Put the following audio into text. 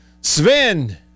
Sven